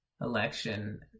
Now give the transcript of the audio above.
election